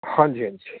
ਹਾਂਜੀ ਹਾਂਜੀ